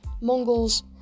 Mongols